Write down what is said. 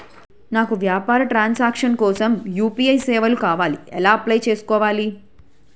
నా వ్యాపార transaction కోసం యు.పి.ఐ సేవలు కావాలి ఎలా అప్లయ్ చేసుకోవాలి?